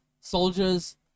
soldiers